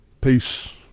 Peace